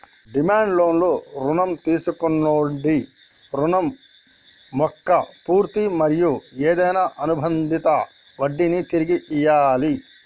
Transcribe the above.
demand లోన్లు రుణం తీసుకొన్నోడి రుణం మొక్క పూర్తి మరియు ఏదైనా అనుబందిత వడ్డినీ తిరిగి ఇయ్యాలి